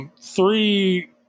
Three